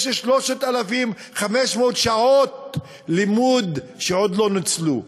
יש 3,500 שעות לימוד שעוד לא נוצלו,